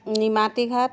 Nimatighat